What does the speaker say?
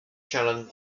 challenged